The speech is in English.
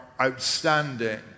outstanding